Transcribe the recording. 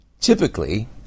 Typically